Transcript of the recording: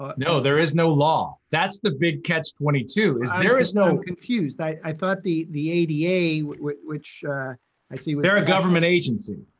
ah no, there is no law. that's the big catch twenty two, is there is no i'm confused, i thought the the ada, which which i see they're a government agency.